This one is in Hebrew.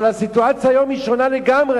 אבל הסיטואציה היום היא שונה לגמרי.